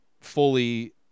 fully